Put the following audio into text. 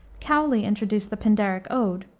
cowley introduced the pindaric ode,